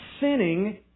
sinning